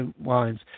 wines